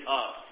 up